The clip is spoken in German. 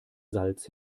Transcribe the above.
salz